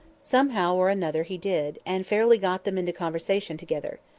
somehow or another he did and fairly got them into conversation together.